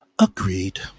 Agreed